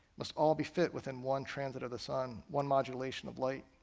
must all be fit within one transit of the sun, one modulation of light.